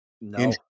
no